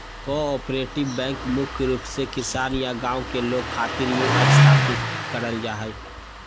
cooperative bank मुख्य रूप से किसान या गांव के लोग खातिर ही स्थापित करल जा हय